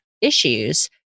issues